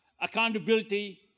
accountability